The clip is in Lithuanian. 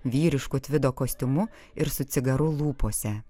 vyrišku tvido kostiumu ir su cigaru lūpose